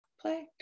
play